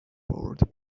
world